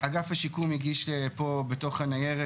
אגף השיקום הגיש פה בתוך הנייר,